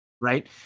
right